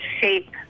shape